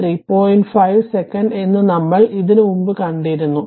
5 second എന്ന് നമ്മൾ ഇതിനു മുൻപ് കണ്ടിരുന്നു